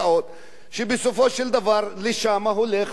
שבסופו של דבר לשם הולך רוב הכסף.